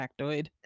factoid